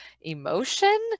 emotion